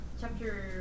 chapter